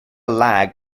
lag